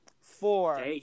four